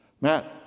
Matt